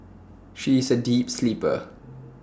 she is A deep sleeper